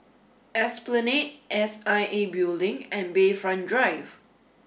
Esplanade S I A Building and Bayfront Drive